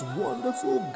wonderful